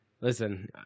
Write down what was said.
Listen